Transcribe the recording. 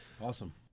Awesome